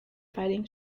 fighting